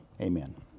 amen